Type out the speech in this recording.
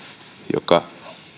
joka